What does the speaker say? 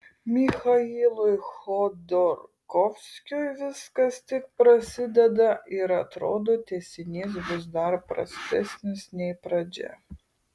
michailui chodorkovskiui viskas tik prasideda ir atrodo tęsinys bus dar prastesnis nei pradžia